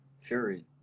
Fury